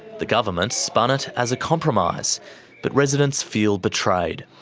the government spun it as a compromise but residents feel betrayed.